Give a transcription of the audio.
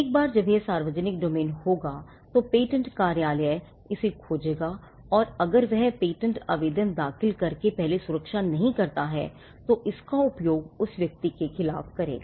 एक बार जब यह सार्वजनिक डोमेन होगा तो पेटेंट कार्यालय इसे खोजेगा और अगर वह पेटेंट आवेदन दाखिल करके पहले सुरक्षा नहीं करता है इसका उपयोग उस व्यक्ति के खिलाफ करेगा